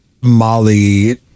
Molly